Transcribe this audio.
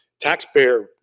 taxpayer